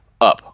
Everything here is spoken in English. up